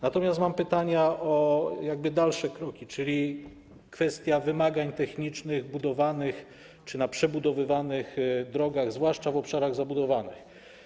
Natomiast mam pytania o dalsze kroki, czyli kwestię wymagań technicznych na budowanych czy przebudowywanych drogach, zwłaszcza w obszarach zabudowanych.